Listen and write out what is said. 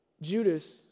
Judas